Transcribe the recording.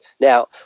Now